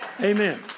Amen